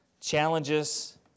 challenges